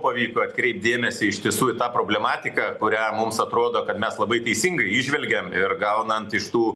pavyko atkreipt dėmesį iš tiesų į tą problematiką kurią mums atrodo kad mes labai teisingai įžvelgėm ir gaunant iš tų